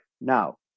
Now